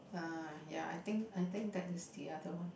uh yeah I think I think that is the other one